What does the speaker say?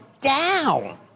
down